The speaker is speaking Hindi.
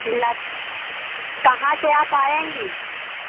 मिल्लत कहाँ से आप आएँगी